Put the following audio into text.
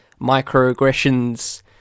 microaggressions